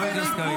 חבר הכנסת קריב,